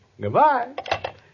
Goodbye